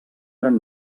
gran